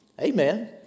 Amen